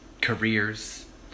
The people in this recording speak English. careers